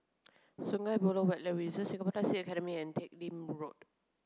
Sungei Buloh Wetland Reserve Singapore Taxi Academy and Teck Lim Road